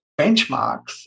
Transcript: benchmarks